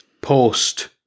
post